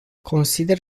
consider